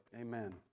Amen